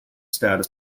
status